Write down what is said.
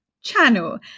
channel